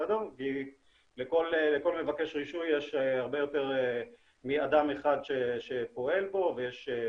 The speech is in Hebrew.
כי לכל מבקש רישוי יש הרבה יותר מאדם אחד שפועל פה ויש,